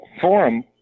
forum